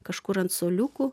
kažkur ant suoliukų